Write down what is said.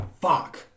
Fuck